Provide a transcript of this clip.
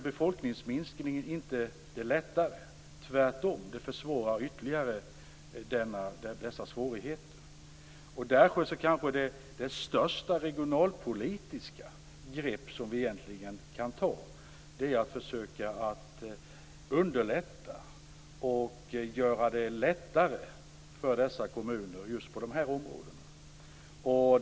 Befolkningsminskningen underlättar inte dessa problem utan försvårar dem tvärtom ytterligare. Det största regionalpolitiska grepp som vi kan ta är kanske därför att göra det lättare för dessa kommuner på just de här områdena.